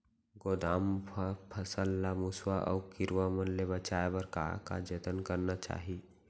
गोदाम मा फसल ला मुसवा अऊ कीरवा मन ले बचाये बर का जतन करना चाही?